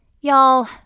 Y'all